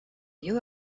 you